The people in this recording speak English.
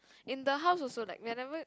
in the house also like whenever